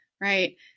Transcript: right